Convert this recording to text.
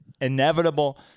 inevitable